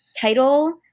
title